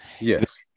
yes